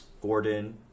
Gordon